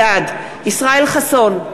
בעד ישראל חסון,